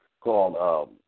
called